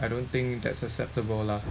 I don't think that's acceptable lah